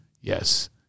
Yes